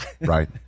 right